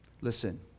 Listen